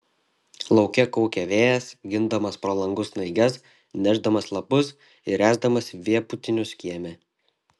lauke kaukė vėjas gindamas pro langus snaiges nešdamas lapus ir ręsdamas vėpūtinius kieme